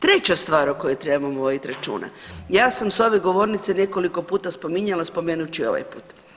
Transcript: Treća stvar o kojoj trebamo voditi računa, ja sam s ove govornice nekoliko puta spominjala, spomenut ću i ovaj put.